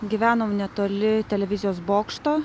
gyvenom netoli televizijos bokšto